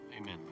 amen